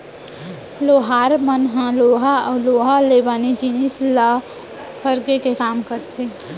लोहार मन ह लोहा अउ लोहा ले बने जिनिस मन ल फरगे के काम करथे